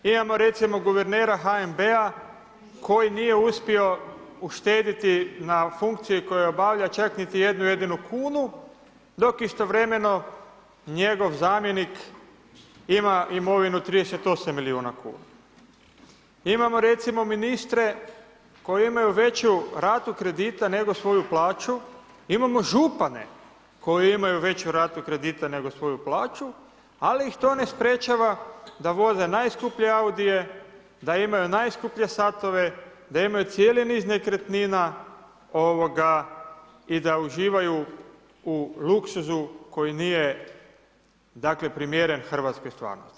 Imamo recimo guvernera HNB-a koji nije uspio uštediti na funkciji koju obavlja čak niti jednu jedinu kunu dok istovremeno njegov zamjenik ima imovinu 38 milijuna kuna. imamo recimo ministre koji imaju veći ratu kredita nego svoju plaću, imamo župane koji imaju veću ratu kredita nego svoju plaću, ali ih to ne sprečava da voze najskuplje Audie, da imaju najskuplje satove, da imaju cijeli niz nekretnina i da uživaju u luksuzu koji nije primjeren hrvatskoj stvarnosti.